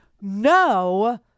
no